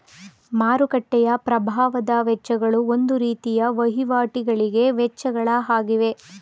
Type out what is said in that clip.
ಮಾರುಕಟ್ಟೆಯ ಪ್ರಭಾವದ ವೆಚ್ಚಗಳು ಒಂದು ರೀತಿಯ ವಹಿವಾಟಿಗಳಿಗೆ ವೆಚ್ಚಗಳ ಆಗಿವೆ